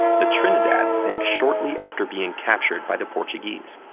the trinidad sank shortly after being captured by the portuguese.